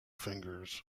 fingers